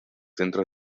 centro